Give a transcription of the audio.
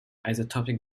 isotopic